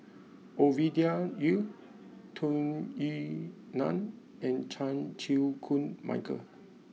Ovidia Yu Tung Yue Nang and Chan Chew Koon Michael